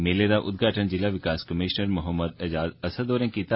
मेले दा उद्घाटन जिला विकास कमिशनर मोहम्मद ऐजाज़ असद होरें कीता